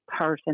person